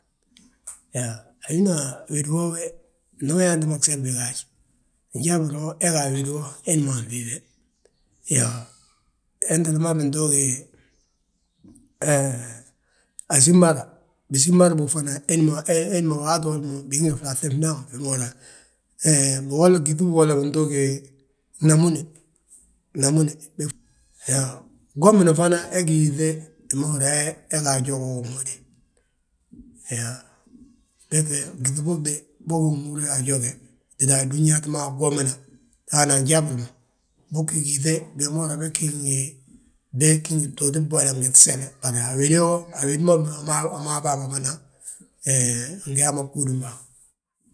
Iyoo, a wina wédi woo we ndi uyaanti mo glesi bége haj, jabura he ga a wédi wo, héd man a. Iyoo, hentele ma bintuugi, he asimbar, bisimbar bóg fana héd ma waatolo bigi ngi fraafi fndaŋ fi ma húri yaa. He gyíŧi bigolla bintuugi, namone, nemone, yaa gwomuna fana he gí yíŧe, hi ma húri yaa he ga a jogu wommu de. Hee, gyíŧi bóg de bógi nhúra a joge, tita a dúñat ma gomina, hana njaburi ma. Bógi gyíŧe biti ma húri yaa be gí ngi btooti bwoda ngi gsele. Bara a wédi wo, wi maawo bàa ma fana, bingi yaa mo bgúudim bàa ma.